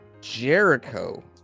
Jericho